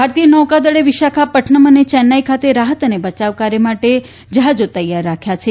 ભારતીય નૌકાદળે વિશાખાપટ્ટનમ અને ચેન્નાઇ ખાતે રાહત અને બચાવકાર્ય માટે તેના જહાજો તૈયાર રાખ્યાં છે